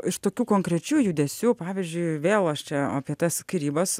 iš tokių konkrečių judesių pavyzdžiui vėl aš čia apie tas skyrybas